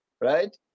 right